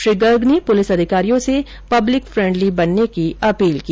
श्री गर्ग ने पुलिस अधिकारियो से पब्लिक फेंडली बनने की अपील की